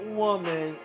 woman